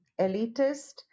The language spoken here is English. elitist